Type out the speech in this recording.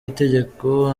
itegeko